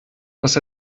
dass